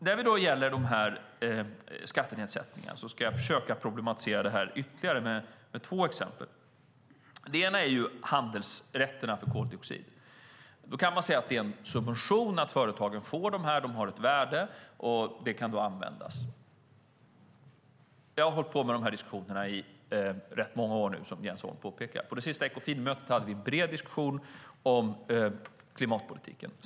När det gäller skattenedsättningarna ska jag försöka problematisera ytterligare med två exempel. Det ena är handelsrätterna för koldioxid. Man kan säga att det är en subvention när företagen får dem och att de har ett värde som kan användas. Vi har hållit på med dessa diskussioner i rätt många år nu, som Jens Holm påpekar. På det senaste Ekofinmötet hade vi en bred diskussion om klimatpolitiken.